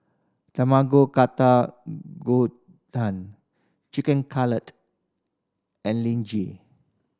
Tamago Gohan Chicken Cutlet and